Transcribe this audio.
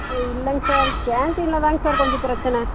ஆ இல்லைங்க சார் கேன்டீனில் தானுங்க சார் கொஞ்சம் பிரச்சனை